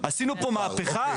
עשינו פה מהפכה?